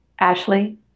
Ashley